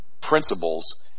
principles –